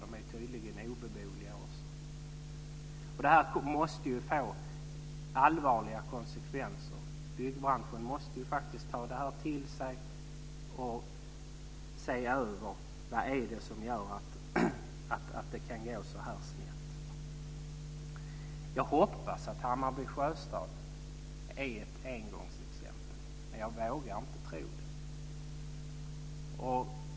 De är tydligen också obeboeliga. Detta måste få allvarliga konsekvenser. Byggbranschen måste ta det till sig och se över vad det är som gör att det kan gå så snett. Jag hoppas att Hammarby sjöstad är ett engångsexempel, men jag vågar inte tro det.